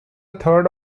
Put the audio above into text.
third